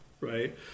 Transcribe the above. right